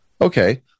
Okay